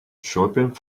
shopping